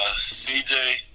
CJ